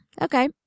Okay